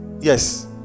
yes